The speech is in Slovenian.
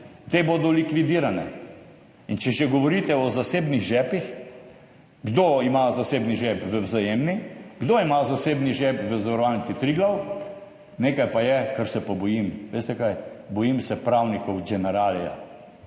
te bodo likvidirane. In če že govorite o zasebnih žepih, kdo ima zasebni žep v Vzajemni, kdo ima zasebni žep v Zavarovalnici Triglav? Nekaj pa je, česar se pa bojim. Veste, česa? Bojim se pravnikov Generalija.